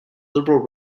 liberal